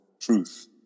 truth